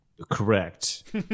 correct